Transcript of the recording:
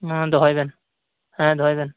ᱢᱟ ᱫᱚᱦᱚᱭ ᱵᱮᱱ ᱦᱮᱸ ᱫᱚᱦᱚᱭ ᱵᱮᱱ